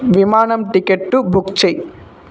విమానం ticket book చేయి